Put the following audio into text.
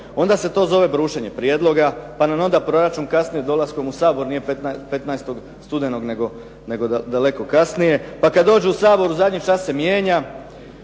onda se zove brušenje prijedloga, pa nam onda proračun kasni dolaskom u Sabor, nije 15. studenog nego daleko kasnije. Pa kad dođe u Sabor u zadnji čas se mijenja,